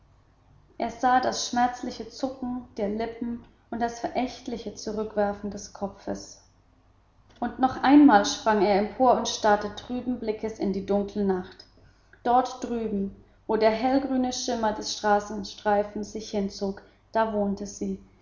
er sah das schmerzliche zucken ihrer lippen und das verächtliche zurückwerfen des kopfes und noch einmal sprang er empor und starrte trüben blickes in die dunkle nacht dort drüben wo der hellgrüne schimmer des straßenstreifens sich hinzog da wohnte sie